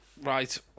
Right